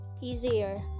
easier